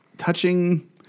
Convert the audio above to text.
Touching